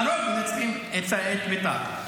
לרוב מנצחים את בית"ר.